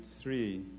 three